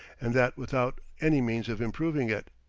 and that without any means of improving it.